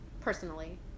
personally